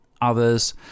others